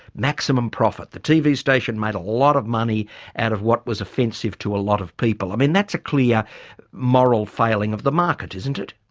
maximum profit. the tv station made a lot of money out of what was offensive to a lot of people. i mean that's a clear moral failing of the market isn't it?